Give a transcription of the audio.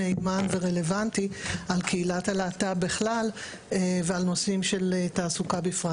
מהימן ורלוונטי על קהילת הלהט"ב בכלל ועל נושאים של תעסוקה בפרט.